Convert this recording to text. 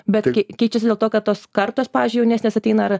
bet keičiasi dėl to kad tos kartos pavyzdžiui jaunesnės ateina ar